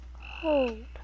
Hold